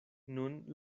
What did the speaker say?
nun